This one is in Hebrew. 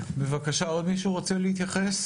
בבקשה, עוד מישהו רוצה להתייחס?